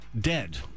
dead